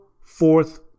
fourth